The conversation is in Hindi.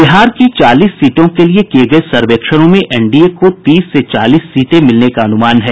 बिहार की चालीस सीटों के लिये किये गये सर्वेक्षणों में एनडीए को तीस से चालीस सीटें मिलने का अनुमान है